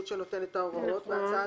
הצעת חוק בנושא החיסונים.